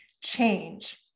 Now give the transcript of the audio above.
change